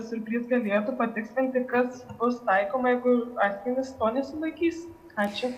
surplys galėtų patikslinti kas bus taikoma jeigu asmenys to nesilaikys ačiū